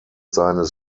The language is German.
seines